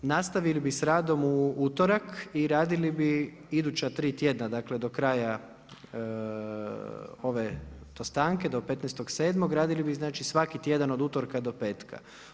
Nastavili bi sa radom u utorak i radili bi iduća tri tjedna, dakle do kraja ove stanke do 15.7., radili bi znači svaki tjedan od utorka do petka.